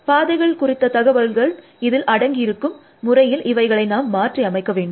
பாதைகள் குறித்த தகவல்கள் இதில் அடங்கியிருக்கும் முறையில் இவைகளை நாம் மாற்றி அமைக்க வேண்டும்